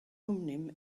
thummim